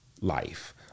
life